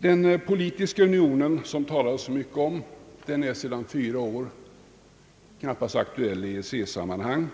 Den politiska unionen, som det talades så mycket om, är sedan fyra år knappast aktuell i EEC-sammanhang,